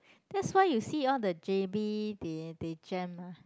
that's why you see all the j_b they they jam ah